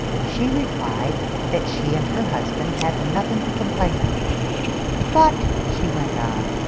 she replied that she and her husband had nothing to complain of but, she went on,